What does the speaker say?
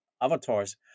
avatars